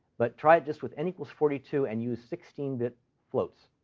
but try it just with n equals forty two and use sixteen bit floats.